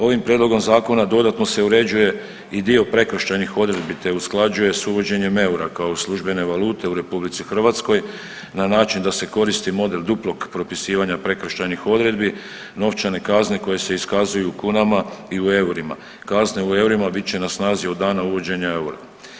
Ovim prijedlogom Zakona dodatno se uređuje i dio prekršajnih odredbi te usklađuje s uvođenje eura kao službene valute u RH na način da se koristi model duplog propisivanja prekršajnih odredbi, novčane kazne koje se iskazuju u kunama i u eurima, kazne u eurima bit će na snazi od dana uvođenja eura.